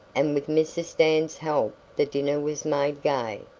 and with mrs. dan's help the dinner was made gay.